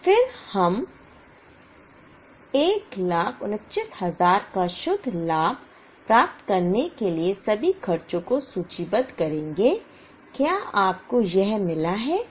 और फिर हम 149000 का शुद्ध लाभ प्राप्त करने के लिए सभी खर्चों को सूचीबद्ध करेंगे क्या आपको यह मिला है